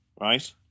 right